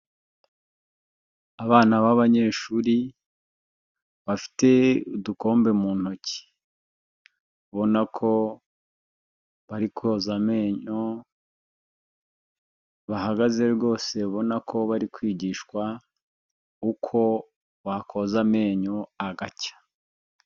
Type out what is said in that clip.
Abana b'abanyeshuri bafite udukombe mu ntoki, ubona ko bari koza amenyo, bahagaze rwose ubana ko bari kwigishwa uko bakoza amenyo agacya.